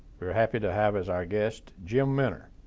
we're happy to have as our guest, jim minter,